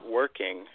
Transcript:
working